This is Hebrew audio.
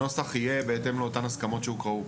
הנוסח יהיה בהתאם לאותן הסכמות שהוקראו.